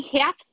half